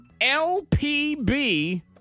LPB